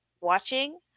watching